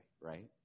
right